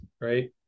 right